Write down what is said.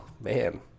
man